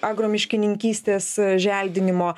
agro miškininkystės želdinimo